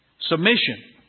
Submission